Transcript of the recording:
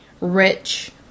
rich